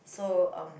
so um